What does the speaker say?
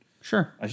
Sure